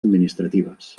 administratives